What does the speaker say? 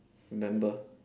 remember